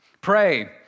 pray